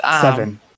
seven